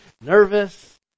nervous